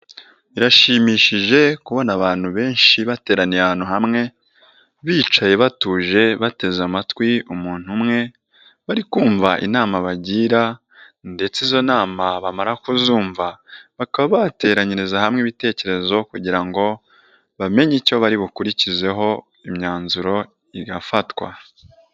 Birashimishije kubona abantu benshi bateraniye ahantu hamwe bicaye batuje bateze amatwi umuntu umwe bari kumva inama bagira ndetse izo nama bamara kuzumva bakaba bateranyiriza hamwe ibitekerezo kugira ngo bamenye icyo bari bukurikizeho imyanzuro irafatwa.